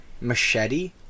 Machete